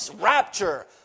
rapture